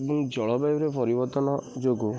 ଏବଂ ଜଳବାୟୁର ପରିବର୍ତ୍ତନ ଯୋଗୁଁ